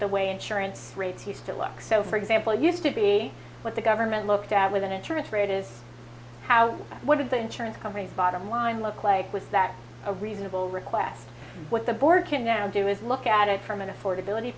the way insurance rates you still look so for example used to be what the government looked at with an insurance rate is how what did the insurance company's bottom line look like was that a reasonable request what the board can now do is look at it from an affordability